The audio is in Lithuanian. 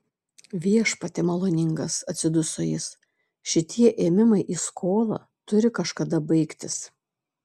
viešpatie maloningas atsiduso jis šitie ėmimai į skolą turi kažkada baigtis